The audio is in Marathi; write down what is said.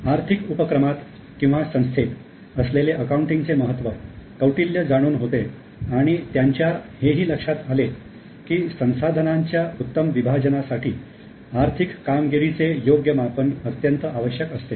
आर्थिक उपक्रमात किंवा संस्थेत असलेले अकाउंटिंगचे महत्त्व कौटिल्य जाणून होते आणि त्यांच्या हे ही लक्षात आले की संसाधनांच्या उत्तम विभाजनासाठी आर्थिक कामगिरीचे योग्य मापन अत्यंत आवश्यक असते